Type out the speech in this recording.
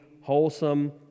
wholesome